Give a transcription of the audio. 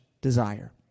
desire